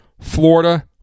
Florida